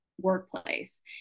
workplace